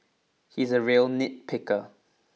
he is a real nitpicker